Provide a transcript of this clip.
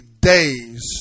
days